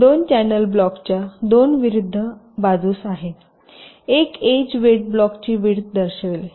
दोन चॅनेल ब्लॉकच्या दोन विरुद्ध बाजूस आहेत एक एज वेट ब्लॉकची विड्थ दर्शवेल